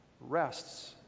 rests